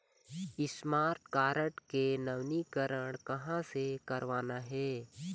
Smart card के नवीनीकरण कहां से करवाना हे?